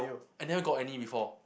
I never got any before